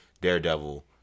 Daredevil